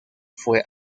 fue